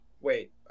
Wait